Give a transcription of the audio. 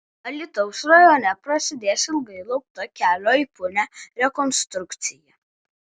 alytaus rajone prasidės ilgai laukta kelio į punią rekonstrukcija